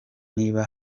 niba